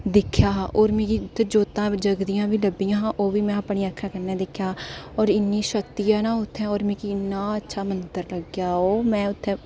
दिक्खेआ हा होर मिगी जोतां जगदियां बी लब्भियां हियां ओह्बाी में अपनी अक्खीं कन्नै दिक्खेआ होर इ'न्नी शक्ति ऐ ना उत्थै होर मिगी इ'न्ना अच्छा मंदर लग्गेआ ओह् में उत्थै